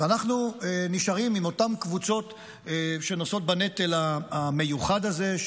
ואנחנו נשארים עם אותן קבוצות שנושאות בנטל המיוחד הזה,